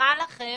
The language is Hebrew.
מבטיחה לכם